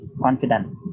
confident